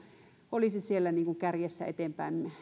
olisi siellä kärjessä eteenpäin